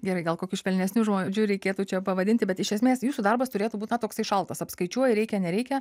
gerai gal kokiu švelnesniu žodžiu reikėtų čia pavadinti bet iš esmės jūsų darbas turėtų būt na toksai šaltas apskaičiuoji reikia nereikia